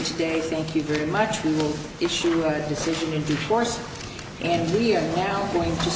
today thank you very much we will issue a decision into force and we are now going to